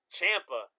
champa